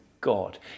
God